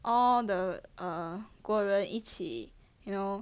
all the err 国人一起 you know